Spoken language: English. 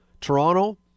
Toronto